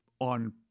on